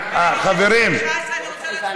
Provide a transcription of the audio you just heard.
על סעיפים 16, 17 אני רוצה להצביע בעד.